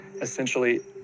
essentially